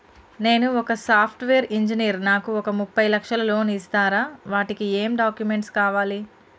నేను ఒక software engineer నాకు ఒక ముప్పై లక్షల లోన్ ఇస్తరా? వాటికి ఏం డాక్యుమెంట్స్ కావాలి?